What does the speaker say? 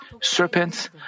serpents